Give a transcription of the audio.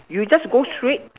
you just go straight